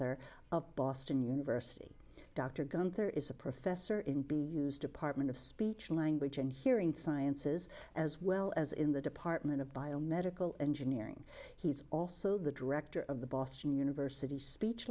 ther of boston university dr gunther is a professor in be used department of speech language and hearing sciences as well as in the department of biomedical engineering he's also the director of the boston university speech